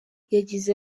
yagize